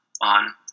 on